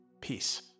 Peace